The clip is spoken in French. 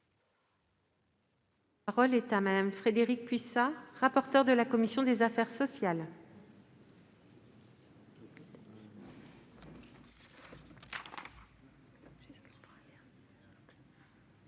rapport de Mme Frédérique Puissat, rapporteur de la commission des affaires sociales.